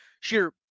sheer